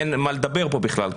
אין מה לדבר פה בכלל.